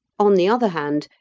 on the other hand,